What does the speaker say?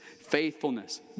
faithfulness